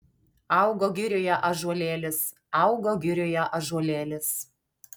augo girioje ąžuolėlis augo girioje ąžuolėlis